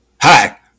Hi